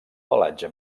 pelatge